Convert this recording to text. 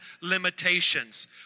limitations